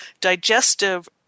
digestive